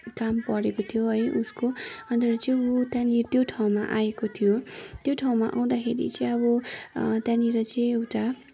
काम परेको थियो है उसको अनि त्यहाँबाट चाहिँ ऊ त्यहाँनिर त्यो ठाउँमा आएको थियो त्यो ठाउँमा आउँदाखेरि चाहिँ अब त्यहाँनिर चाहिँ एउटा